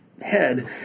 head